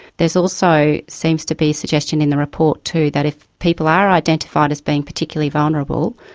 there's also. seems to be a suggestion in the report, too, that if people are identified as being particularly vulnerable,